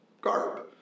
garb